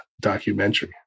documentary